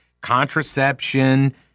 contraception